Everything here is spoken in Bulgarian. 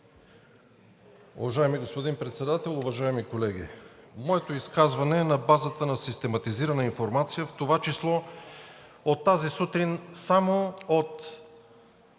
Уважаеми господин Председател, уважаеми колеги! Моето изказване е на базата на систематизирана информация, в това число от тази сутрин само от